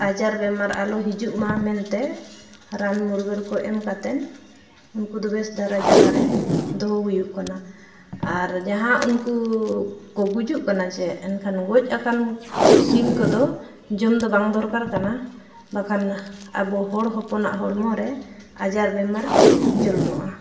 ᱟᱡᱟᱨ ᱵᱮᱢᱟᱨ ᱟᱞᱚ ᱦᱤᱡᱩᱜ ᱢᱟ ᱢᱮᱱᱛᱮ ᱨᱟᱱ ᱢᱩᱨᱜᱟᱹᱱ ᱠᱚ ᱮᱢ ᱠᱟᱛᱮᱱ ᱩᱱᱠᱩ ᱫᱚ ᱵᱮᱹᱥ ᱫᱷᱟᱨᱟ ᱡᱟᱜᱟ ᱨᱮ ᱫᱚᱦᱚ ᱦᱩᱭᱩᱜ ᱠᱟᱱᱟ ᱟᱨ ᱡᱟᱦᱟᱸ ᱩᱱᱠᱩ ᱠᱚ ᱜᱩᱡᱩᱜ ᱠᱟᱱᱟ ᱡᱮ ᱮᱱᱠᱷᱟᱱ ᱜᱚᱡ ᱟᱠᱟᱱ ᱥᱤᱢ ᱠᱚᱫᱚ ᱡᱚᱢ ᱫᱚ ᱵᱟᱝ ᱫᱚᱨᱠᱟᱨ ᱠᱟᱱᱟ ᱵᱟᱠᱷᱟᱱ ᱟᱵᱚ ᱦᱚᱲ ᱦᱚᱯᱚᱱᱟᱜ ᱦᱚᱲᱢᱚ ᱨᱮ ᱟᱡᱟᱨ ᱵᱮᱢᱟᱨ ᱡᱚᱱᱚᱢᱚᱜᱼᱟ